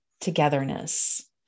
togetherness